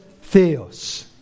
theos